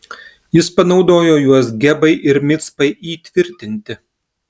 jis panaudojo juos gebai ir micpai įtvirtinti